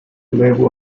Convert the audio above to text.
level